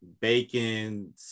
bacon